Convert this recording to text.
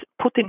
Putin